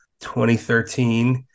2013